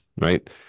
right